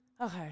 okay